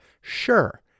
Sure